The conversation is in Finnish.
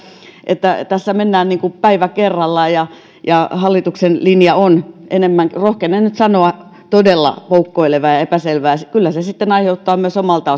että tässä mennään niin kuin päivä kerrallaan ja ja hallituksen linja on rohkenen nyt sanoa todella poukkoilevaa ja epäselvää kyllä se aiheuttaa myös omalta